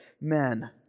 men